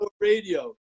radio